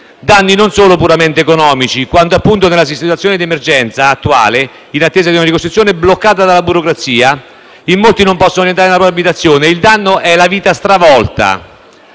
danni non solo puramente economici ai cittadini. Quando, nella situazione di emergenza attuale, in attesa di una ricostruzione bloccata dalla burocrazia, in molti non possono rientrare nella propria abitazione, la vita risulta stravolta.